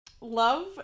Love